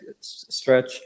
stretch